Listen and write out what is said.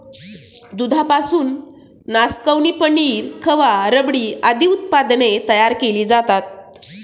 दुधापासून नासकवणी, पनीर, खवा, रबडी आदी उत्पादने तयार केली जातात